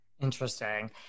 Interesting